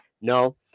No